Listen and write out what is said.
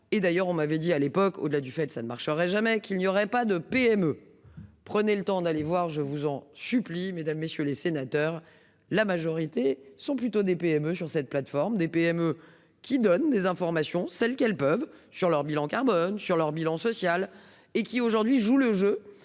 Et d'ailleurs on m'avait dit à l'époque. Au-delà du fait. Ça ne marcherait jamais qu'il n'y aurait pas de PME. Prenez le temps d'aller voir je vous en supplie, Mesdames, messieurs les sénateurs, la majorité sont plutôt des PME sur cette plateforme des PME qui donne des informations celles qu'elles peuvent sur leur bilan carbone sur leur bilan social et qui aujourd'hui jouent le jeu